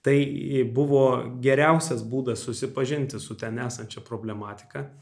tai buvo geriausias būdas susipažinti su ten esančia problematika